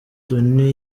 tony